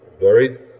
buried